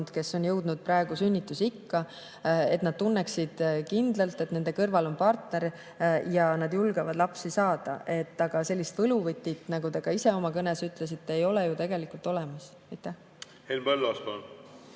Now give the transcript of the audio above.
kes on jõudnud praegu sünnitusikka, tunneksid kindlalt, et nende kõrval on partner ja nad julgevad lapsi saada. Aga sellist võluvõtit, nagu te ka ise oma kõnes ütlesite, ei ole ju tegelikult olemas. Henn Põlluaas,